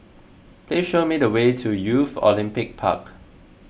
please show me the way to Youth Olympic Park